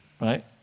Right